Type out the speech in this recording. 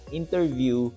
interview